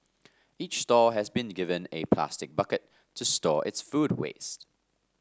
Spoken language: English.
each stall has been given a plastic bucket to store its food waste